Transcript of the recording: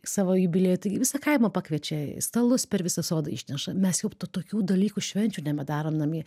savo jubiliejų taigi visą kaimą pakviečia stalus per visą sodą išneša mes juk tų tokių dalykų švenčių nebedarom namie